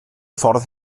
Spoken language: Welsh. ffordd